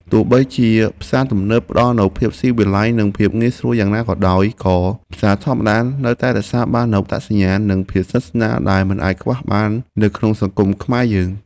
ទោះបីជាផ្សារទំនើបផ្ដល់នូវភាពស៊ីវិល័យនិងភាពងាយស្រួលយ៉ាងណាក៏ដោយ ក៏ផ្សារធម្មតានៅតែរក្សាបាននូវអត្តសញ្ញាណនិងភាពស្និទ្ធស្នាលដែលមិនអាចខ្វះបាននៅក្នុងសង្គមខ្មែរយើង។